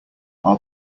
our